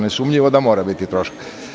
Nesumnjivo je da mora biti troška.